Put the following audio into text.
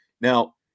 Now